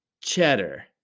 cheddar